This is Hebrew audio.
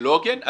לא הוגן?